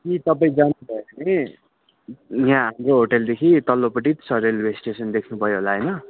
कि तपाईँ जानुहुँदैछ भने यहाँ हाम्रो होटेलदेखि तल्लोपट्टि त छ रेलवे स्टेसन देख्नुभयो होला होइन